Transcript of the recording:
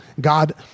God